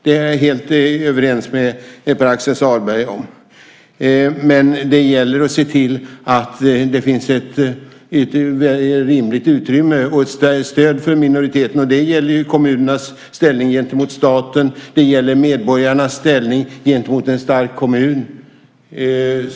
Det är jag helt överens med Pär Axel Sahlberg om, men det gäller att se till att det finns ett rimligt utrymme och ett stöd för minoriteten. Detta gäller kommunernas ställning gentemot staten. Det gäller medborgarnas ställning gentemot en stark kommun.